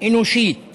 ביטוח בריאות ממלכתי